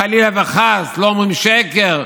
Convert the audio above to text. חלילה וחס לא אומרים שקר,